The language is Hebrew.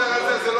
אתה חוזר על זה.